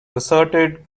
asserted